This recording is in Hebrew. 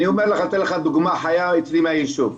אני אומר לך, אני אתן לך דוגמא חיה אצלי מהישוב,